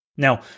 Now